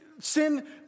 Sin